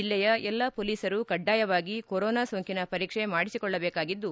ಜಿಲ್ಲೆಯ ಎಲ್ಲಾ ಪೊಲೀಸರು ಕಡ್ಡಾಯವಾಗಿ ಕೊರೊನಾ ಸೋಂಕಿನ ಪರೀಕ್ಷೆ ಮಾಡಿಸಿಕೊಳ್ಳಬೇಕಾಗಿದ್ದು